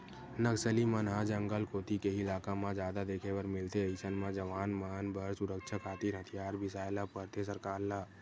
नक्सली मन ह जंगल कोती के ही इलाका म जादा देखे बर मिलथे अइसन म जवान मन बर सुरक्छा खातिर हथियार बिसाय ल परथे सरकार ल